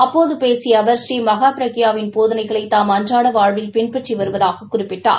அப்போது பேசிய அவர் பூநீ மஹாப்ரக்யாவின் போதனைகளை தாம் அன்றாட வாழ்வில் பின்பற்றி வருவதாகக் குறிப்பிட்டார்